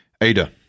Ada